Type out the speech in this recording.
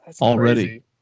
already